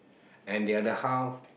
and the other half